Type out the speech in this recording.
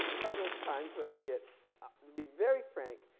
lot of times when i get to be very frank,